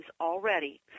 already